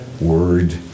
word